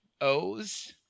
O's